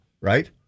right